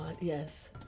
yes